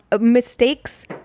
mistakes